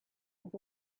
with